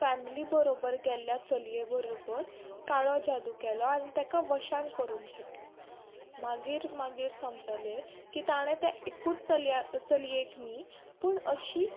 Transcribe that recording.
family बरोबर केल्ल्या चलये बरोबर काळो जादू केलो आन ताका वशान करून घेतलें मागीर मागीर समजलें की ताणें तें एकूच चलया चलयेक न्ही पूण अशीं